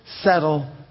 settle